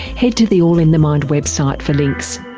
head to the all in the mind website for links.